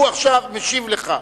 הוא עכשיו משיב לך.